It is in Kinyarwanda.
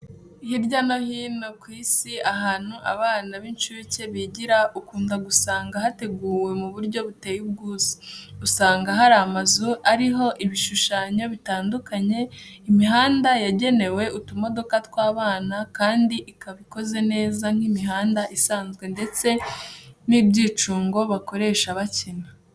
Hirya no hino ku Isi ahantu abana b'incuke bigira ukunda gusanga hateguwe mu buryo buteye ubwuzu. Usanga hari amazu ariho ibishushanyo bitandukanye, imihanda yagenewe utumodoka tw'abana kandi ikaba ikoze neza nk'imihanda isanzwe ndetse n'ibyicungo bakoresha bakina.